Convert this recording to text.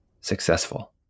successful